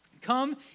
come